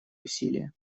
усилия